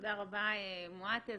תודה רבה מועתז.